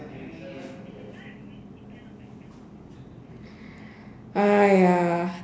!haiya!